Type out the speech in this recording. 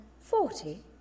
forty